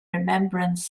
remembrance